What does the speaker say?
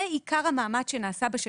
זה עיקר המאמץ שנעשה בשנים האחרונות.